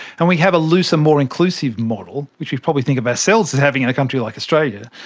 and we have a looser more inclusive model, which we probably think of ourselves as having in a country like australia.